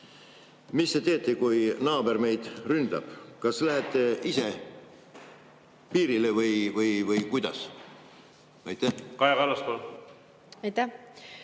Mis te teete, kui naaber meid ründab? Kas lähete ise piirile või kuidas? Suur tänu!